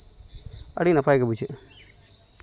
ᱟᱹᱰᱤ ᱱᱟᱯᱟᱭᱜᱮ ᱵᱩᱡᱷᱟᱹᱜᱼᱟ